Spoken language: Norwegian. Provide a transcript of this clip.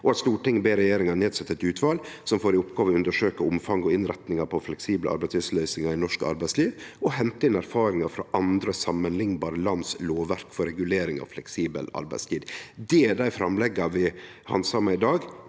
«Stortinget ber regjeringen nedsette et utvalg som får i oppgave å undersøke omfang og innretninger på fleksible arbeidstidsløsninger i norsk arbeidsliv og hente inn erfaringer fra andre sammenlignbare lands lovverk for regulering av fleksibel arbeidstid.» Det er dei framlegga vi handsamar i dag,